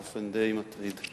באופן די מטריד.